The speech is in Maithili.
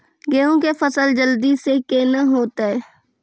गेहूँ के फसल जल्दी से के ना होते?